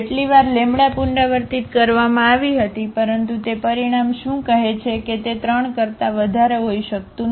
જેટલી વાર પુનરાવર્તિત કરવામાં આવી હતી પરંતુ તે પરિણામ શું કહે છે કે તે 3 કરતા વધારે હોઈ શકતું નથી